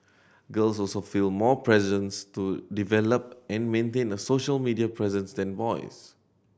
girls also feel more presence to develop and maintain a social media presence than boys